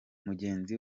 mugenzi